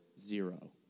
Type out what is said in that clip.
Zero